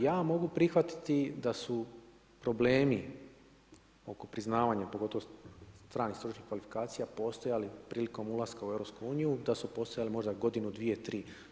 Ja mogu prihvatiti da su problemi oko priznavanja, pogotovo stranih stručnih kvalifikacija postojali prilikom ulaska u EU, da su postojali možda godinu, dvije, tri.